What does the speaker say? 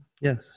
Yes